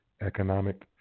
economic